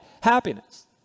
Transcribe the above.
happiness